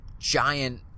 giant